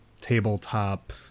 tabletop